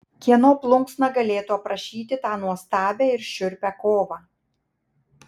kieno plunksna galėtų aprašyti tą nuostabią ir šiurpią kovą